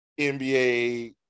NBA